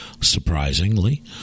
surprisingly